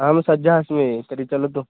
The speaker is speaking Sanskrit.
अहं सज्जः अस्मि तर्हि चलतु